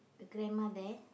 the grandma there